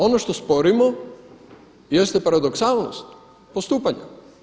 Ono što sporimo jeste paradoksalnost postupanja.